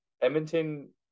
Edmonton